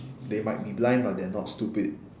they might be blind but they're not stupid